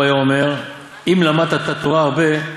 הוא היה אומר: אם למדת תורה הרבה,